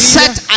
set